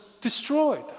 destroyed